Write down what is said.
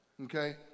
okay